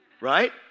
right